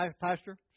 Pastor